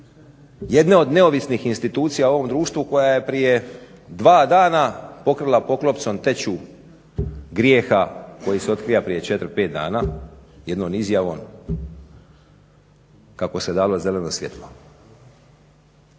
jedne od neovisnih institucija u ovom društvu koja je prije 2 dana pokrila poklopcem teću grijeha koji se otkrio prije 4, 5 dana jednom izjavom kako se dalo zeleno svjetlo.